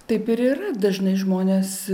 taip ir yra dažnai žmonės